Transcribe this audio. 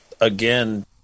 again